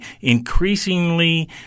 increasingly